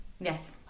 Yes